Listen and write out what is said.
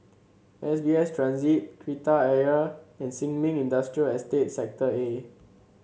S B S Transit Kreta Ayer and Sin Ming Industrial Estate Sector A